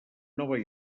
nova